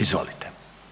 Izvolite.